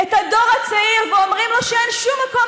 את הדור הצעיר ואומרים לו שאין שום מקום